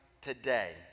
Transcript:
today